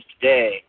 today